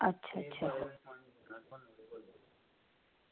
अच्छा अच्छा